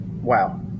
Wow